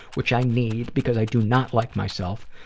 which i need because i do not like myself,